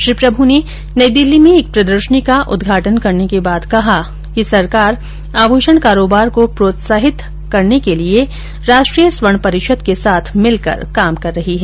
श्री प्रभू ने नई दिल्ली में एक प्रदर्शनी का उद्घाटन करने के बाद कहा कि सरकार आभूषण कारोबार को प्रोत्साहन देने के लिये राष्ट्रीय स्वर्ण परिषद के साथ मिलकर काम कर रही है